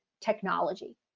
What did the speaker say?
technology